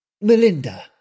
Melinda